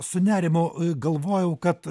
su nerimu galvojau kad